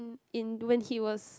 in when he was